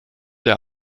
der